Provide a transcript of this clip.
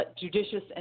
judicious